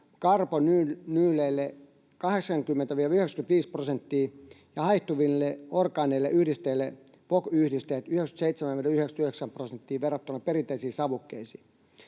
karbonyyleille 80—95 prosenttia ja haihtuville orgaanisille yhdisteille, VOC-yhdisteille, 97—99 prosenttia verrattuna perinteisiin savukkeisiin.”